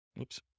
Oops